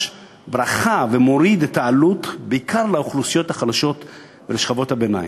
ברכה ומוריד את העלויות בעיקר לאוכלוסיות החלשות ולשכבות הביניים.